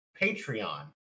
Patreon